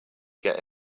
get